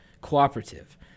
Cooperative